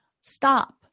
Stop